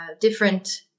different